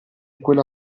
quella